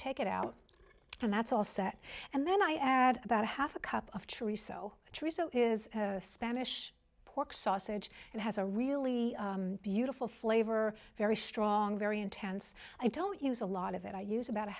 take it out and that's all set and then i add about a half a cup of cherry so true so is spanish pork sausage and has a really beautiful flavor very strong very intense i don't use a lot of it i use about a